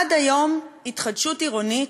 עד היום התחדשות עירונית,